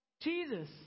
jesus